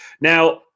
Now